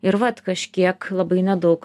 ir vat kažkiek labai nedaug